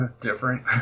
different